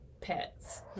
pets